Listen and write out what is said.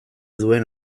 duen